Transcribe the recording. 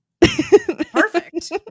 Perfect